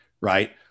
right